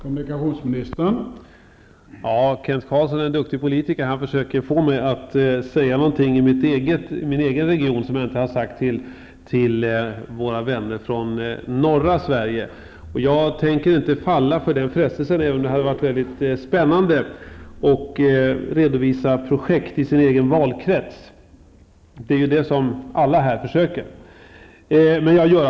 Herr talman! Kent Carlsson är en duktig politiker. Han försöker få mig att säga något om min egen region som jag inte har sagt till våra vänner från norra Sverige. Jag tänker inte falla för den frestelsen, även om det hade varit spännande att få redovisa projekt i den egna valkretsen. Det är det som alla försöker göra här.